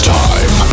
time